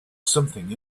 something